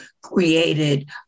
created